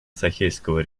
сахельского